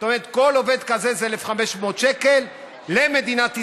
כלומר כל עובד כזה זה 1,500 שקל למדינת ישראל,